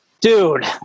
Dude